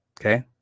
Okay